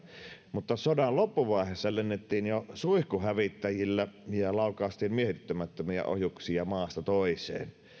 mutta sodan loppuvaiheessa lennettiin jo suihkuhävittäjillä ja laukaistiin miehittämättömiä ohjuksia maasta toiseen